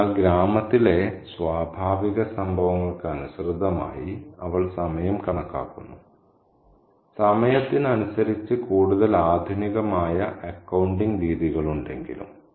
അതിനാൽ ഗ്രാമത്തിലെ സ്വാഭാവിക സംഭവങ്ങൾക്കനുസൃതമായി അവൾ സമയം കണക്കാക്കുന്നു സമയത്തിനനുസരിച്ച് കൂടുതൽ ആധുനികമായ അക്കൌണ്ടിംഗ് രീതികളുണ്ടെങ്കിലും